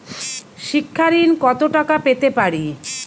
শিক্ষা ঋণ কত টাকা পেতে পারি?